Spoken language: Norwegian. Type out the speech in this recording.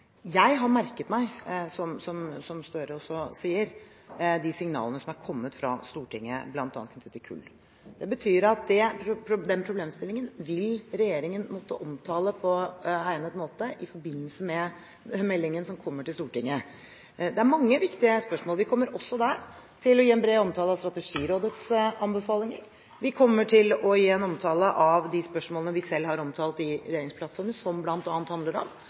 Jeg har merket meg, slik Gahr Støre også sier, de signalene som har kommet fra Stortinget bl.a. knyttet til kull. Det betyr at regjeringen vil måtte omtale den problemstillingen på egnet måte i forbindelse med meldingen som kommer til Stortinget. Det er mange viktige spørsmål, og vi kommer også der til å gi en bred omtale av Strategirådets anbefalinger. Vi kommer til å gi en omtale av de spørsmålene vi selv har omtalt i regjeringsplattformen, som bl.a. handler om